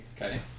Okay